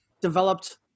developed